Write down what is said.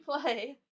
play